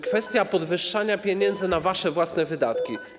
Kwestia podwyższania pieniędzy na wasze własne wydatki.